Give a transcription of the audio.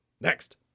Next